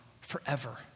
forever